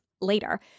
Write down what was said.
later